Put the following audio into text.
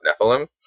Nephilim